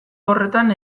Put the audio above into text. horretan